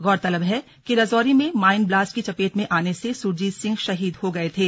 गौरतलब है कि रजौरी में माइन ब्लास्ट की चपेट में आने से सुरजीत सिंह शहीद हो गए थे